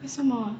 为什么